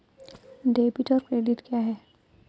Debit और credit क्या है?